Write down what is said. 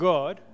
God